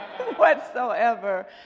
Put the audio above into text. whatsoever